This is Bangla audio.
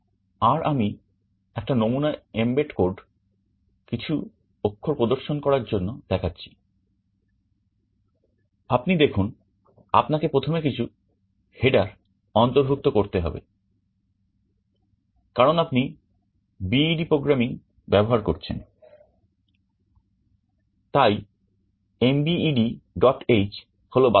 আর আমি একটা নমুনা mbed কোড কিছু অক্ষর প্রদর্শন করার জন্য দেখাচ্ছি আপনি দেখুন আপনাকে প্রথমে কিছু header অন্তর্ভুক্ত করতে হবে কারণ আপনি bed প্রোগ্রামিং ব্যবহার করছেন তাই mbedh হল বাধ্যতামূলক